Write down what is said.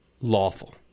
lawful